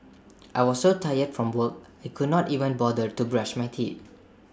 I was so tired from work I could not even bother to brush my teeth